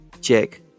check